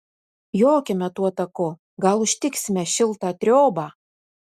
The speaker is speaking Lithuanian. jokime tuo taku gal užtiksime šiltą triobą